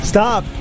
Stop